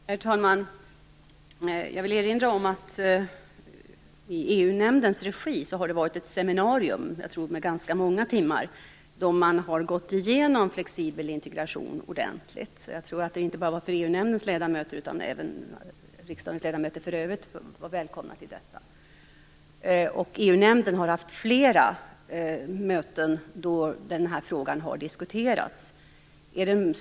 Herr talman! Jag vill erinra om att det i EU nämndens regi har genomförts ett seminarium, som jag tror omfattade ganska många timmar, där man ordentligt gått igenom frågan om flexibel integration. Jag tror att det anordnades inte bara för EU-nämndens ledamöter utan att även riksdagens ledamöter i övrigt var välkomna till detta. EU-nämnden har också diskuterat den här frågan på flera möten.